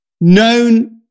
known